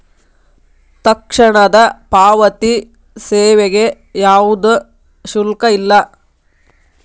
ತಕ್ಷಣದ ಪಾವತಿ ಸೇವೆಗೆ ಯಾವ್ದು ಶುಲ್ಕ ಇಲ್ಲ